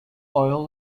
oil